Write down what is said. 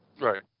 Right